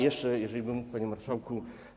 Jeszcze jeżeli bym mógł, panie marszałku.